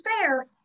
fair